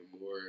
more